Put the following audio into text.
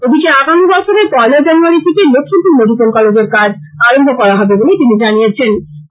এদিকে আগামী বছরের পয়লা জানুয়ারী থেকে লক্ষ্মীমপুর মেডিকেল কলেজের কাজ আরম্ভ করা হবে বলে তিনি জানিয়েছেন